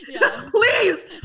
please